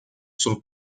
sul